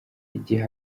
igihe